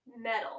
Metal